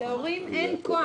להורים אין כוח.